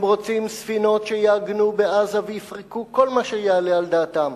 הם רוצים ספינות שיעגנו בעזה ויפרקו כל מה שיעלה על דעתם.